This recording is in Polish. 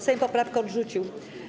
Sejm poprawkę odrzucił.